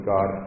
God